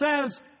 says